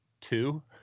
two